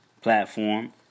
platform